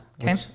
Okay